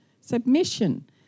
submission